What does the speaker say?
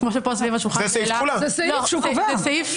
זה סעיף שונה.